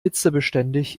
hitzebeständig